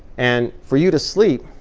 and for you to sleep,